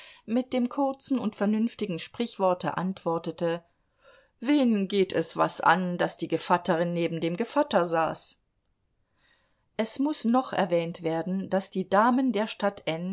mit dem kurzen und vernünftigen sprichworte antwortete wen geht es was an daß die gevatterin neben dem gevatter saß es muß noch erwähnt werden daß die damen der stadt